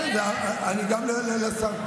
בסדר, גם לשר פרוש.